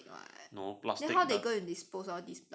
then how they go and dispose of these plastic